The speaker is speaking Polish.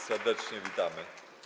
Serdecznie witamy.